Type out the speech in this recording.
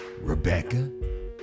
Rebecca